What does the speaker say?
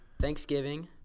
Thanksgiving